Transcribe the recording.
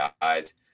guys